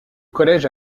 collège